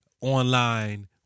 online